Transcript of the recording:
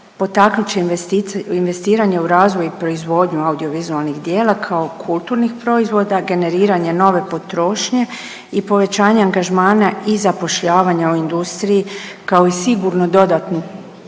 potaknut će investiranje u razvoj i proizvodnju audiovizualnih djela kao kulturnih proizvoda, generiranje nove potrošnje i povećanje angažmana i zapošljavanja u industriji, kao i sigurnu dodatnu